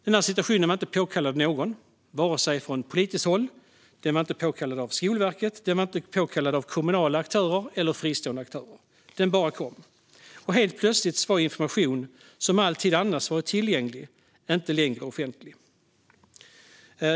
Den situationen var inte påkallad av någon, vare sig från politiskt håll, av Skolverket eller av kommunala eller fristående aktörer. Den bara kom. Helt plötsligt var information som alltid tidigare varit tillgänglig inte längre offentlig.